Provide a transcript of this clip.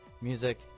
Music